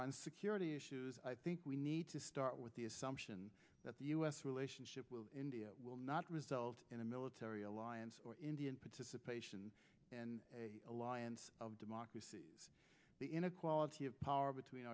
on security issues i think we need to start with the assumption that the u s relationship with india will not result in a military alliance or indian participation an alliance of democracies the inequality of power between